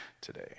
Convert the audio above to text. today